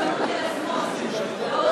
לאור